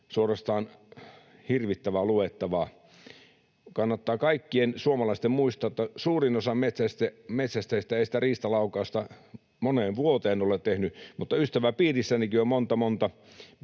suorastaan hirvittävää luettavaa. Kannattaa kaikkien suomalaisten muistaa, että suurin osa metsästäjistä ei sitä riistalaukausta moneen vuoteen ole tehnyt, mutta ystäväpiirissänikin on monta, monta